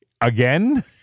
Again